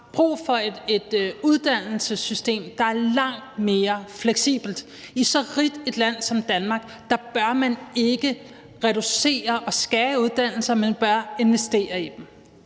brug for et uddannelsessystem, der er langt mere fleksibelt. I så rigt et land som Danmark bør man ikke reducere og skære i uddannelser, men bør investere i dem.